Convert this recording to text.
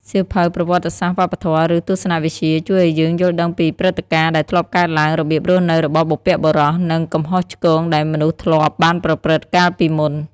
សៀវភៅប្រវត្តិសាស្ត្រ វប្បធម៌ ឬទស្សនវិជ្ជា ជួយឱ្យយើងយល់ដឹងពីព្រឹត្តិការណ៍ដែលធ្លាប់កើតឡើង របៀបរស់នៅរបស់បុព្វបុរស និង កំហុសឆ្គង ដែលមនុស្សធ្លាប់បានប្រព្រឹត្តកាលពីមុន។